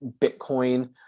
Bitcoin